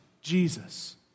Jesus